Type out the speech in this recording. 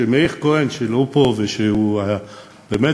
ומאיר כהן,